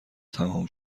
تمام